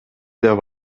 деп